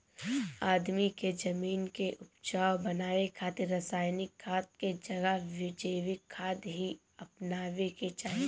आदमी के जमीन के उपजाऊ बनावे खातिर रासायनिक खाद के जगह जैविक खाद ही अपनावे के चाही